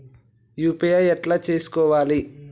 UPI ఎట్లా చేసుకోవాలి?